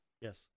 Yes